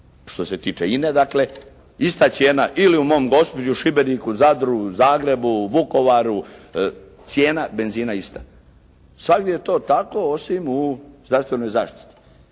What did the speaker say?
što se tiče INA-e dakle ista cijena ili u mom Gospiću, Šibeniku, Zadru, Zagrebu, Vukovaru, cijena benzina je ista. Svagdje je to tako osim u zdravstvenoj zaštiti.